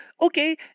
okay